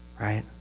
right